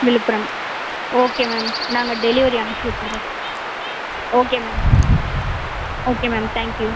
Villupuram okay ma'am நாங்கள் delivery அமிச்சிவிட்டுடுறோம் okay ma'am okay ma'am thank you